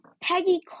Peggy